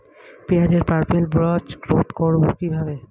পেঁয়াজের purple blotch রোধ করবো কিভাবে?